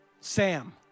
Sam